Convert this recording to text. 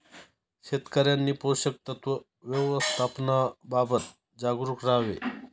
शेतकऱ्यांनी पोषक तत्व व्यवस्थापनाबाबत जागरूक राहावे